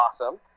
awesome